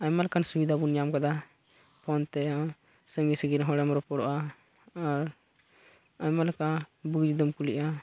ᱟᱭᱢᱟ ᱞᱮᱠᱟᱱ ᱥᱩᱵᱤᱫᱷᱟ ᱵᱚᱱ ᱧᱟᱢ ᱠᱟᱫᱟ ᱯᱷᱳᱱ ᱛᱮᱦᱚᱸ ᱥᱟᱺᱜᱤᱧ ᱥᱟᱺᱜᱤᱧ ᱨᱮᱱ ᱦᱚᱲᱮᱢ ᱨᱚᱯᱚᱲᱚᱜᱼᱟ ᱟᱨ ᱟᱭᱢᱟ ᱞᱮᱠᱟ ᱵᱩᱜᱤ ᱡᱩᱫᱟᱹᱢ ᱠᱩᱞᱤᱜᱼᱟ